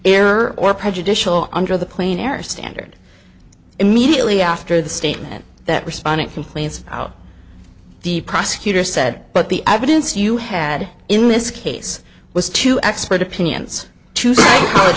error or prejudicial under the clean air standard immediately after the statement that respondent complaints out the prosecutor said but the evidence you had in this case was to expert opinions to